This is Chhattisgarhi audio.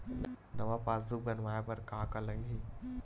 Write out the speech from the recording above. नवा पासबुक बनवाय बर का का लगही?